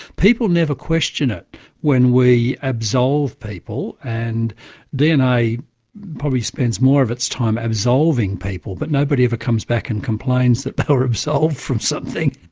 people never question it when we absolve people, and dna probably spends more of its time absolving people, but nobody ever comes back and complains that they're but were absolved from something!